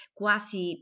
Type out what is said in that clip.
quasi